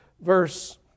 verse